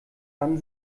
dann